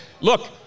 look